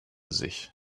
sich